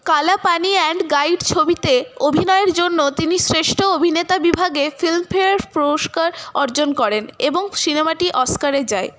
কালা Pani and guide ছবিতে অভিনয়ের জন্য তিনি শ্রেষ্ঠ অভিনেতা বিভাগে ফিল্মফেয়ার পুরস্কার অর্জন করেন এবং সিনেমাটি অস্কারে যায়